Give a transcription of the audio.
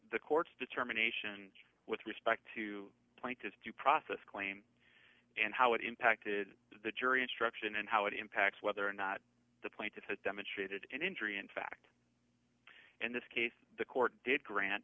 the court's determination with respect to plaintiff's due process claim and how it impacted the jury instruction and how it impacts whether or not the plaintiff had demonstrated an injury in fact in this case the court did grant